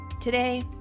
Today